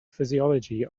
physiology